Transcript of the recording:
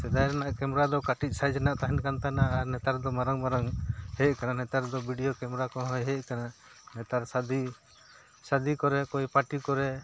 ᱥᱮᱫᱟᱭ ᱨᱮᱱᱟᱜ ᱠᱮᱢᱮᱨᱟ ᱫᱚ ᱠᱟᱹᱴᱤᱡ ᱥᱟᱭᱤᱡ ᱨᱮᱱᱟᱜ ᱛᱟᱦᱮᱱ ᱠᱟᱱ ᱛᱟᱦᱮᱱᱟ ᱟᱨ ᱱᱮᱛᱟᱨ ᱫᱚ ᱢᱟᱨᱟᱝ ᱢᱟᱨᱟᱝ ᱦᱮᱡ ᱟᱠᱟᱱᱟ ᱱᱮᱛᱟᱨ ᱫᱚ ᱵᱷᱤᱰᱭᱳ ᱠᱮᱢᱮᱨᱟ ᱠᱚᱦᱚᱸᱭ ᱦᱮᱡ ᱟᱠᱟᱱᱟ ᱱᱮᱛᱟᱨ ᱥᱟᱫᱤ ᱥᱟᱫᱤ ᱠᱚᱨᱮ ᱠᱚᱭ ᱯᱟᱴᱤ ᱠᱚᱨᱮ